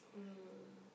mm